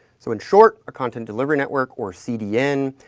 so, in short, a content delivery network, or cdn,